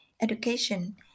education